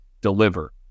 deliver